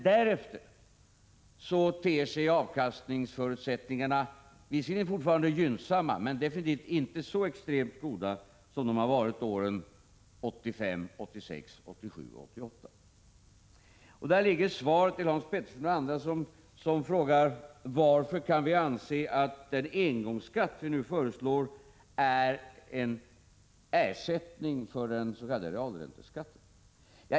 Därefter ter sig avkastningsförutsättningarna visserligen fortfarande gynnsamma men definitivt inte så extremt goda som åren 1985, 1986, 1987 och 1988. Däri ligger svaret till Hans Petersson i Hallstahammar och andra, som frågar varför den engångsskatt som regeringen nu föreslår kan anses vara en ersättning för den s.k. realränteskatten.